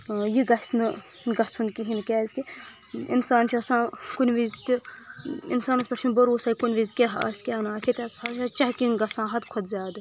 یہِ گھژھ نہٕ گژھُن کہینۍ نہٕ کیازِ کہِ انسان چھُ آسان کُنہِ وِز تہِ انسانس پٮ۪ٹھ چھُنہٕ بروسے کُنہِ وِز کیاہ آسہِ کیاہ نہٕ آسہِ یتہِ ہسا چکیٚنٛگ گژھان حدٕ کھۄتہٕ زیادٕ